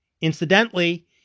incidentally